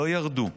לא ירדו.